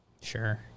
Sure